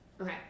Okay